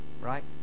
Right